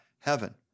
heaven